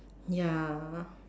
ya